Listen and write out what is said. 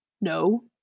No